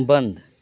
बन्द